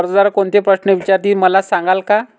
कर्जदार कोणते प्रश्न विचारतील, मला सांगाल का?